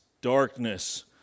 darkness